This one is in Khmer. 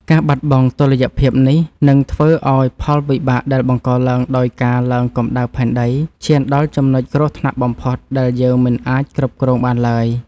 ការបាត់បង់តុល្យភាពនេះ នឹងធ្វើឱ្យផលវិបាកដែលបង្កឡើងដោយការឡើងកម្ដៅផែនដី ឈានដល់ចំណុចគ្រោះថ្នាក់បំផុតដែលយើងមិនអាចគ្រប់គ្រងបានឡើយ។